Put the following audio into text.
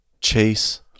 Chase